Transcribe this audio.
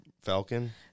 Falcon